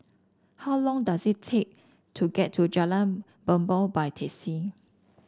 how long does it take to get to Jalan Bumbong by taxi